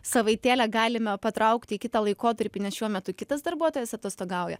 savaitėlę galime patraukti į kitą laikotarpį nes šiuo metu kitas darbuotojas atostogauja